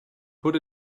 put